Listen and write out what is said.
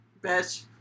Bitch